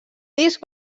disc